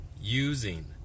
using